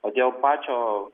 o dėl pačio